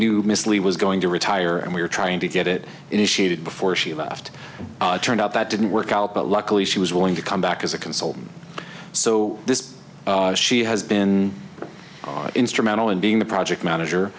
knew miss lee was going to retire and we were trying to get it initiated before she left turned out that didn't work out but luckily she was willing to come back as a consultant so this she has been instrumental in being the project manager